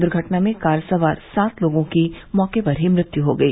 दुर्घटना में कार सवार सात लोगों की मौके पर ही मृत्यु हो गई